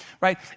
right